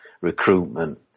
recruitment